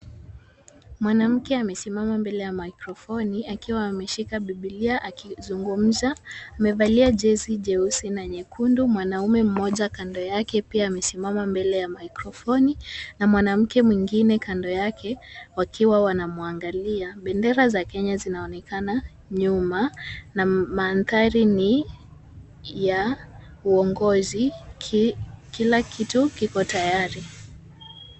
Mwanamke amesimama mbele ya mikrofoni akiwa ameshika biblia akizungumza. Amevalia jezi jeusi na nyekundu, mwanaume mmoja kando yake pia amesimama mbele ya mikrofoni na mwanamke mwingine kando yake wakiwa wanamwangalia. Bendera za Kenya zinaonekana nyuma na mandhari ni ya uongozi, kila kitu kiko tayari.